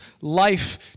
life